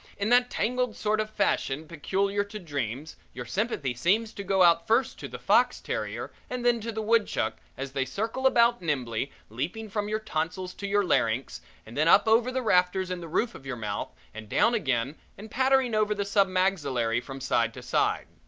in that tangled sort of fashion peculiar to dreams your sympathy seems to go out first to the fox terrier and then to the woodchuck as they circle about nimbly, leaping from your tonsils to your larynx and then up over the rafters in the roof of your mouth and down again and pattering over the sub-maxillary from side to side.